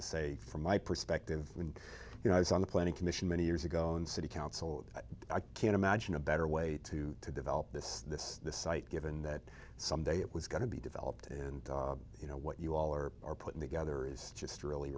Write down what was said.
to say from my perspective when you know i was on the planning commission many years ago in city council i can't imagine a better way to develop this this site given that some day it was going to be developed and you know what you all are putting together is just really